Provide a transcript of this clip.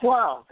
Wow